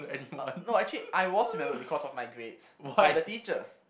uh no actually I was remembered because of my grades by the teachers